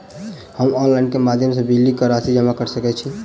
हम ऑनलाइन केँ माध्यम सँ बिजली कऽ राशि जमा कऽ सकैत छी?